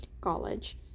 college